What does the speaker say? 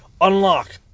unlock